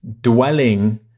dwelling